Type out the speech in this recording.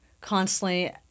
constantly